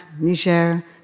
Niger